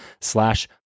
slash